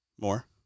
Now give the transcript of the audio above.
More